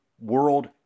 World